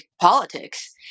politics